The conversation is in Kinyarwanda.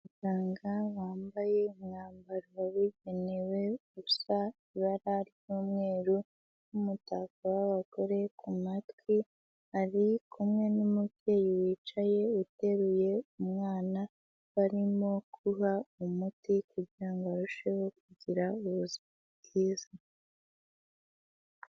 Umuganga wambaye umwambaro wabugenewe usa ibara ry'umweru n'umutako w'abagore ku matwi, ari kumwe n'umubyeyi wicaye uteruye umwana barimo kumuha umuti kugira ngo arusheho kugira ubuzima bwiza.